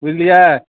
बुझलियै